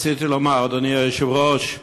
רציתי לומר, אדוני היושב-ראש,